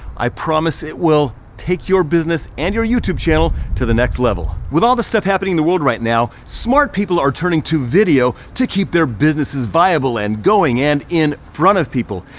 i promise it will take your business and your youtube channel to the next level. with all the stuff happening in the world right now, smart people are turning to video to keep their businesses viable and going in in front of people.